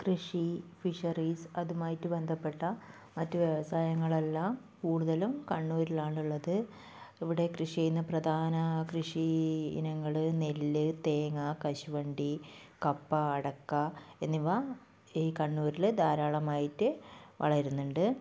കൃഷി ഫിഷറീസ് അതുമായിട്ട് ബന്ധപ്പെട്ട മറ്റു വ്യവസായങ്ങളെല്ലാം കൂടുതലും കണ്ണൂരിൽ ആണുള്ളത് ഇവിടെ കൃഷി ചെയ്യുന്ന പ്രധാന കൃഷി ഇനങ്ങൾ നെല്ല് തേങ്ങ കശുവണ്ടി കപ്പ അടക്ക എന്നിവ ഈ കണ്ണൂരിൽ ധാരാളമായിട്ട് വളരുന്നുണ്ട്